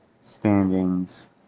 standings